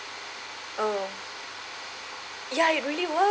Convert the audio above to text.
oh ya it really work